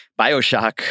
Bioshock